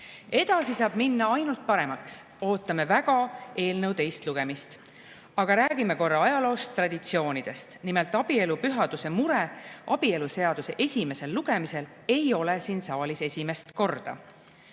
Edasi saab minna ainult paremaks, ootame väga eelnõu teist lugemist. Aga räägime ajaloost, traditsioonidest. Nimelt, abielu pühaduse mure abieluseaduse esimesel lugemisel ei ole siin saalis esimest korda.